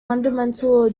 fundamental